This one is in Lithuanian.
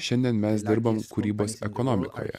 šiandien mes dirbam kūrybos ekonomikoje